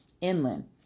inland